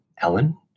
Ellen